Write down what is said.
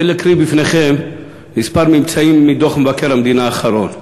אני רוצה להקריא בפניכם מספר ממצאים מדוח מבקר המדינה האחרון: